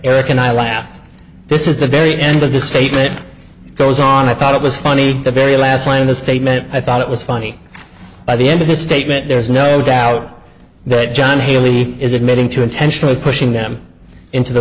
eric and i laughed this is the very end of the statement goes on i thought it was funny the very last line in the statement i thought it was funny by the end of his statement there is no doubt that john haley is admitting to intentionally pushing them into the